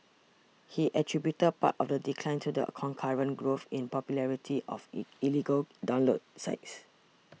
he attributed part of the decline to the concurrent growth in popularity of illegal download sites